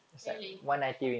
really